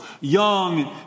young